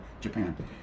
Japan